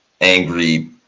angry